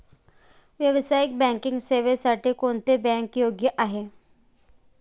व्यावसायिक बँकिंग सेवांसाठी कोणती बँक योग्य आहे?